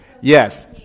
Yes